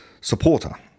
supporter